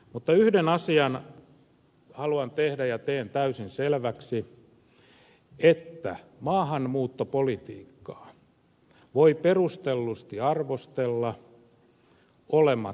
mutta yhden asian haluan tehdä ja teen täysin selväksi että maahanmuuttopolitiikkaa voi perustellusti arvostella olematta rasisti